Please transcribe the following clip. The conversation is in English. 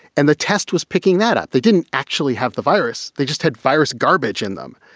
and the test was picking that up. they didn't actually have the virus. they just had virus garbage in them.